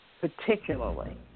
particularly